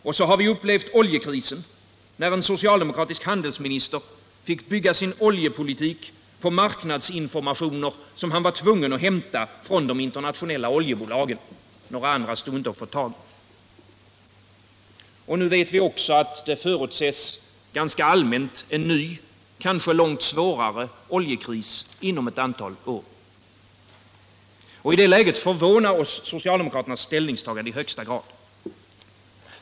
Och så har vi upplevt oljekrisen, när en socialdemokratisk handelsminister fick bygga sin oljepolitik på marknadsinformationer som han var tvungen att hämta från de internationella oljebolagen. Några andra stod inte att få tag i. Nu förutses ganska allmänt en ny, kanske långt svårare oljekris inom ett antal år. I det läget förvånar oss socialdemokraternas ställningstagande i högsta grad.